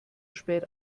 spät